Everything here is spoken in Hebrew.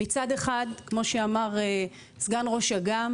מצד אחד כמו שאמר סגן ראש אג"ם